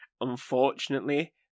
Unfortunately